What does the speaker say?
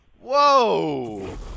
Whoa